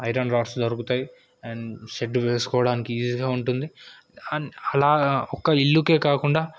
iron rods దొరుకుతాయి and shed వేసుకోవడానికి ఈజీగా ఉంటుంది అండ్ అలాగా ఒక ఇల్లుకే కాకుండా